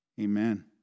Amen